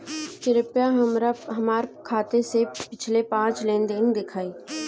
कृपया हमरा हमार खाते से पिछले पांच लेन देन दिखाइ